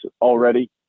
already